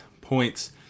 points